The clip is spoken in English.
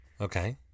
Okay